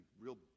real